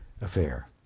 affair